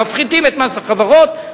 מפחיתים את מס החברות,